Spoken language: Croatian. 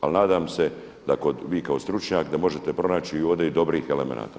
Ali nadam se da vi kao stručnjak da možete pronaći ovdje i dobrih elemenata.